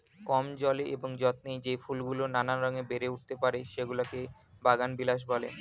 কম জলে এবং যত্নে যেই ফুলগুলো নানা রঙে বেড়ে উঠতে পারে, সেগুলোকে বাগানবিলাস বলে